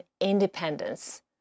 independence